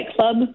club